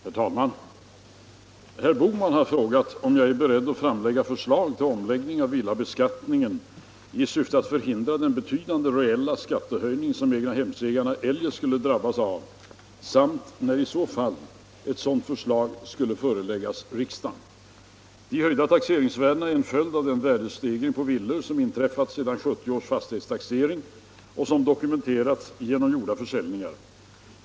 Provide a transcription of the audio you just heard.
Herr talman! Herr Bohman har frågat mig om jag är beredd att framlägga förslag till omläggning av villabeskattningen i syfte att förhindra den betydande reella skattehöjning som egnahemsägarna eljest skulle drabbas av samt när i så fall ett sådant förslag skulle föreläggas riksdagen. De höjda taxeringsvärdena är en följd av den värdestegring på villor som inträffat sedan 1970 års fastighetstaxering och som dokumenterats genom gjorda försäljningar.